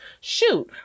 shoot